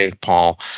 Paul